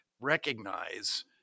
recognize